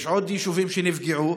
יש עוד יישובים שנפגעו.